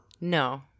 No